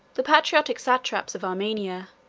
the patriotic satraps of armenia,